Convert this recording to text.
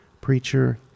preacher